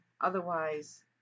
otherwise